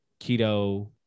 keto